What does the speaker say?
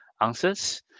answers